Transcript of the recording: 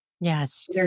Yes